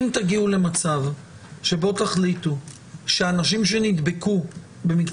אם תגיעו למצב שבו תחליטו שהאנשים במקצועות